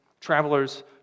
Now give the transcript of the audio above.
Travelers